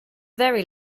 very